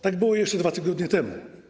Tak było jeszcze 2 tygodnie temu.